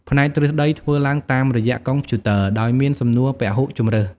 ផ្នែកទ្រឹស្តីធ្វើឡើងតាមរយៈកុំព្យូទ័រ ដោយមានសំណួរពហុជម្រើស។